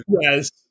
Yes